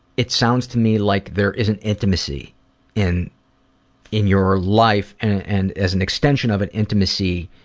it sounds to me like there isn't intimacy in in your life and as an extension of an intimacy,